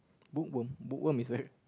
book worm book worm is like